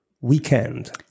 weekend